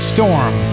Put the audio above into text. Storm